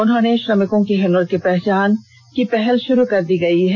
उन्होंने कहा कि श्रमिकों के हुनर की पहचान पहल शुरू कर दी गई है